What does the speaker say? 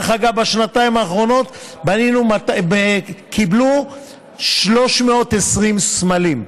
דרך אגב, בשנתיים האחרונות קיבלו 320 סמלים.